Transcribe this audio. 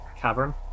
cavern